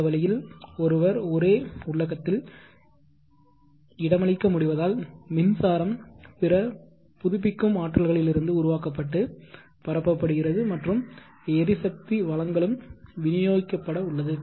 அந்த வழியில் ஒருவர் ஒரே உள்ளகத்தில் இடமளிக்க முடிவதால் மின்சாரம் பிற புதுப்பிக்கும் ஆற்றல்களிலிருந்து உருவாக்கப்பட்டு பரப்பப்படுகிறது மற்றும் எரிசக்தி வளங்களும் விநியோகிக்கப்பட்ட உள்ளது